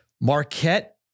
Marquette